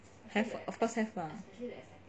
have have of course lah